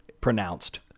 pronounced